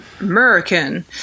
American